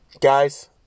guys